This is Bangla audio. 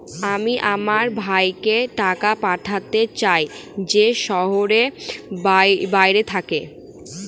আমি আমার ভাইকে টাকা পাঠাতে চাই যে শহরের বাইরে থাকে